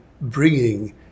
bringing